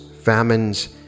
famines